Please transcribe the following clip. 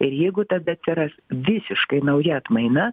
ir jeigu tada atsiras visiškai nauja atmaina